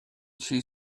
she